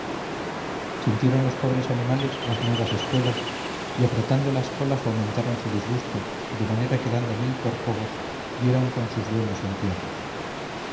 sintieron los pobres animales las nuevas espuelas y apretando las colas aumentaron su disgusto de manera que dando mil corcovos dieron con sus dueños en tierra